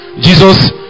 Jesus